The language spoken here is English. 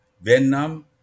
Vietnam